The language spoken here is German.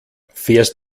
fährst